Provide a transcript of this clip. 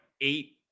eight